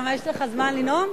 למה, יש לך זמן לנאום?